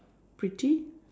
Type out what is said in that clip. pretty